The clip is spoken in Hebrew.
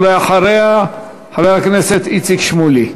אחריה, חבר הכנסת איציק שמולי.